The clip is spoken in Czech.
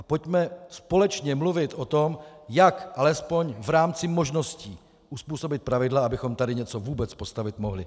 Pojďme společně mluvit o tom, jak alespoň v rámci možností uzpůsobit pravidla, abychom tady něco vůbec postavit mohli.